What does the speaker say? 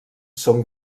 són